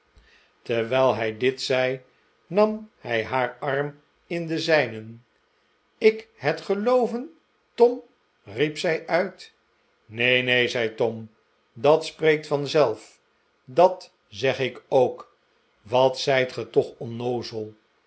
terwijl hij dit zei nam hij haar arm in den zijnen lk het gelooven tom riep zij uit neen t neen zei tom dat spreekt vanzelf dat zeg ik ook wat zijt ge toch onnoozel